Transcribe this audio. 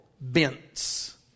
bents